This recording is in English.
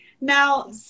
now